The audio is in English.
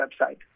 website